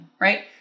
right